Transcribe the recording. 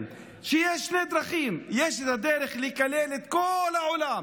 שיש שתי דרכים: יש את הדרך לקלל את כל העולם,